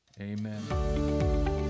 Amen